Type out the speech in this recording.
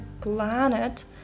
planet